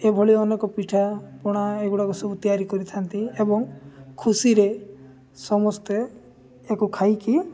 ଏଭଳି ଅନେକ ପିଠା ପଣା ଏଗୁଡ଼ାକ ସବୁ ତିଆରି କରିଥାନ୍ତି ଏବଂ ଖୁସିରେ ସମସ୍ତେ ୟାକୁ ଖାଇକି